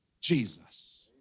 Jesus